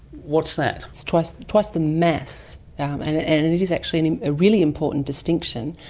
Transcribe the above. what's that? it's twice twice the mass. and it and and it is actually and a really important distinction.